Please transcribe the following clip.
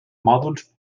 mòduls